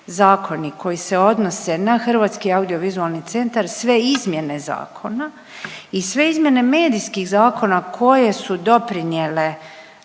koji se odnose na HAVC sve izmjene zakona i sve izmjene medijskih zakona koje su doprinijele